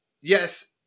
yes